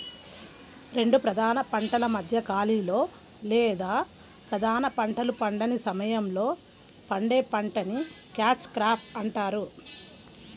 రెండు ప్రధాన పంటల మధ్య ఖాళీలో లేదా ప్రధాన పంటలు పండని సమయంలో పండే పంటని క్యాచ్ క్రాప్ అంటారు